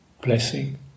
blessing